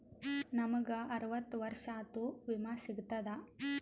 ನಮ್ ಗ ಅರವತ್ತ ವರ್ಷಾತು ವಿಮಾ ಸಿಗ್ತದಾ?